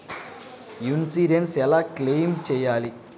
Insurance ఎలా claim చేయాలి?